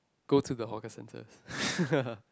go to the hawker centers